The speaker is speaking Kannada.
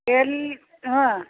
ಎಲ್ಲಿ ಹ್ಞೂ